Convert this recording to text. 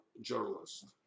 journalist